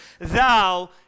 thou